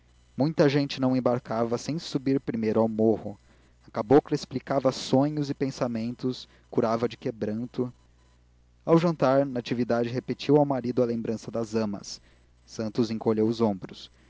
muita gente não embarcava sem subir primeiro ao morro a cabocla explicava sonhos e pensamentos curava de quebranto ao jantar natividade repetiu ao marido a lembrança das amas santos encolhia os ombros